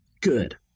Good